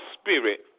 Spirit